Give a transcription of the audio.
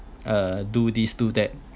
uh do this do that